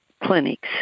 clinics